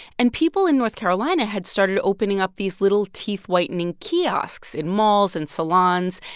and people in north carolina had started opening up these little teeth-whitening kiosks in malls and salons.